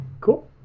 Cool